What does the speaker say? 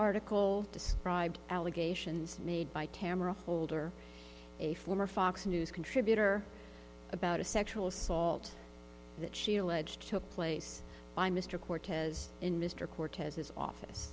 article described allegations made by camera holder a former fox news contributor about a sexual assault that she alleged took place by mr cortez in mr cortez's office